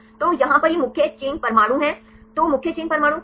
तो यहाँ पर ये मुख्य चेन परमाणु हैं तो मुख्य चेन परमाणु क्या हैं